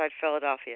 Philadelphia